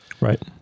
Right